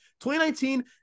2019